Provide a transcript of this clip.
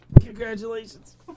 Congratulations